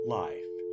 life